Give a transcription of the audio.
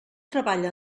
treballa